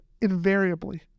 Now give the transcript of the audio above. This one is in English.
invariably